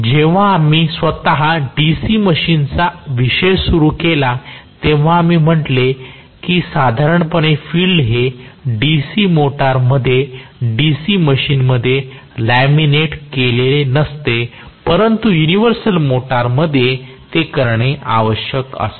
जेव्हा आम्ही स्वतः DC मशीनचा विषय सुरू केला तेव्हा आम्ही म्हटले की साधारणपणे फील्ड हे DC मोटरमध्ये DC मशीनमध्ये लॅमिनेट केलेले नसते परंतु युनिव्हर्सल मोटरमध्ये ते करणे आवश्यक असते